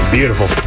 Beautiful